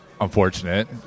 unfortunate